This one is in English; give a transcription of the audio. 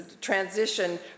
transition